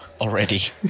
already